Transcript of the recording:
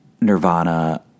Nirvana